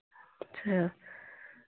अच्छा